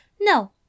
No